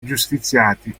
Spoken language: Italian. giustiziati